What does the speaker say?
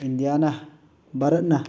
ꯏꯟꯗꯤꯌꯥꯅ ꯚꯥꯔꯠꯅ